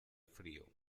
frío